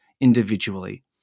individually